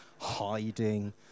hiding